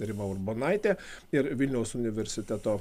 rima urbonaitė ir vilniaus universiteto